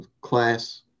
class